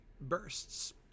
bursts